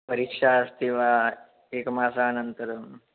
परीक्षा अस्ति वा एकमासानन्तरं